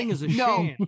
No